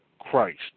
Christ